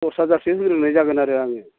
दस हाजारसो होनाय जागोन आरो आङो